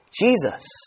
Jesus